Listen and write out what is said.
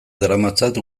daramatzat